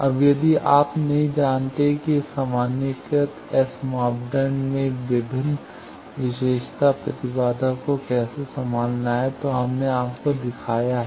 अब यदि आप नहीं जानते हैं कि सामान्यीकृत एस मापदंड में विभिन्न विशेषता प्रतिबाधा को कैसे संभालना है तो हमने आपको दिखाया है